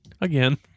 Again